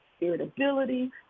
irritability